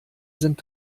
sind